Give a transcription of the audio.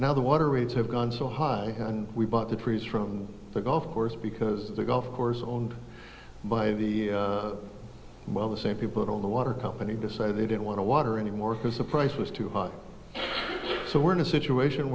now the water rates have gone so high we bought the trees from the golf course because the golf course owned by the well the same people who own the water company decided they didn't want to water anymore because the price was too high so we're in a situation